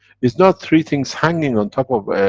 it's not three things hanging on top of.